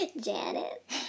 janet